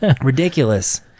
ridiculous